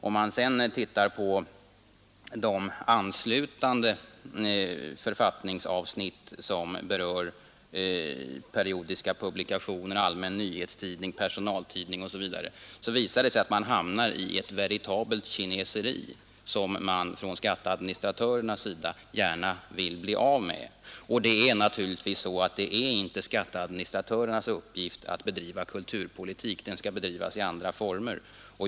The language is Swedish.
Om man sedan ser på de anslutande författningsavsnitt som berör periodiska publikationer, allmän nyhetstidning, personaltidning osv., så visar det sig att man hamnar i ett veritabelt kineseri, som skatteadministratörerna gärna vill bli av med. Det är naturligtvis inte deras uppgift att bedriva kulturpolitik — den skall bedrivas i andra former.